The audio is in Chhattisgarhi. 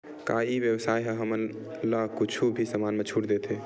का ई व्यवसाय ह हमला कुछु भी समान मा छुट देथे?